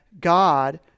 god